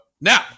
Now